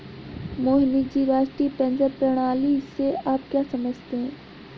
मोहनीश जी, राष्ट्रीय पेंशन प्रणाली से आप क्या समझते है?